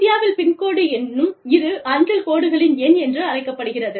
இந்தியாவில் pin code என்னும் இது அஞ்சல் கோடுகளின் எண் என்று அழைக்கப்படுகிறது